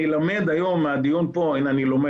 אני לומד מהדיון היום פה אני לומד,